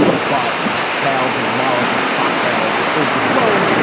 but tales of molotov cocktails are overblown,